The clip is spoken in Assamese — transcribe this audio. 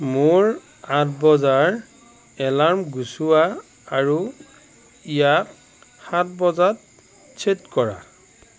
মোৰ আঠ বজাৰ এলাৰ্ম গুচোৱা আৰু ইয়াক সাত বজাত ছেট কৰা